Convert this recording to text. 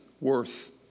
worth